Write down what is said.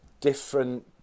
different